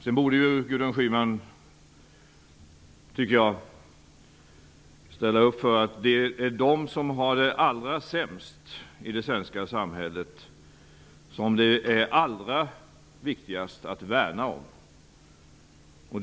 Sedan borde Gudrun Schyman ställa upp för att det är allra viktigast att värna om dem som har det allra sämst i det svenska samhället.